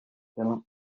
phillips